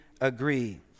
agree